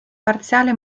parziale